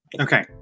Okay